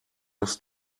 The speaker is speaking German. das